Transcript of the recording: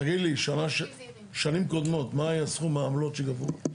תגיד לי, שנים קודמות מה היה סכום העמלות שגבו?